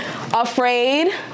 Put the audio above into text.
afraid